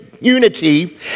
unity